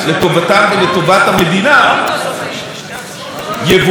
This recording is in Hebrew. יבואן של אותם מכשירים צריך,